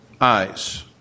eyes